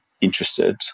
interested